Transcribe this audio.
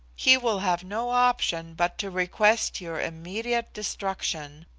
he will have no option but to request your immediate destruction,